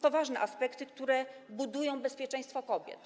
To ważne aspekty, które budują bezpieczeństwo kobiet.